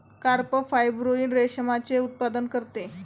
carp fibroin रेशमाचे उत्पादन करते